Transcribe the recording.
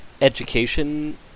education